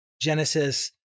Genesis